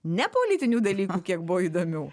ne politinių dalykų kiek buvo įdomių